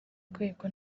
rwego